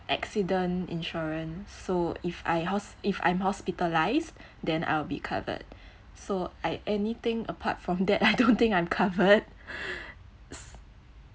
accident insurance so if I hos~ if I'm hospitalised then I'll be covered so I anything apart from that I don't think I'm covered